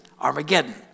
Armageddon